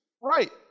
Right